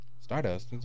Stardust